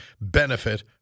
benefit